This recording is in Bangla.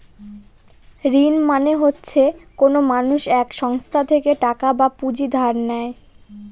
ঋণ মানে হচ্ছে কোনো মানুষ এক সংস্থা থেকে টাকা বা পুঁজি ধার নেয়